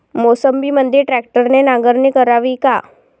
मोसंबीमंदी ट्रॅक्टरने नांगरणी करावी का?